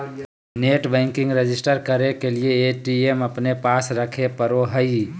net banking register करे के लिए ए.टी.एम अपने पास रखे पड़ो हइ